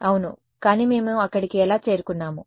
అవును కానీ మేము అక్కడికి ఎలా చేరుకున్నాము